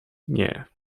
nie